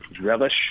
relish